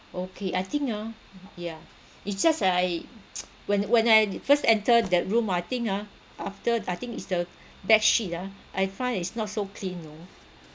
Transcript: okay I think ah yeah it's just like when when I first enter that room I think ah after I think it's the bed sheet ah I find it's not so clean you know